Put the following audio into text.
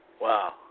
Wow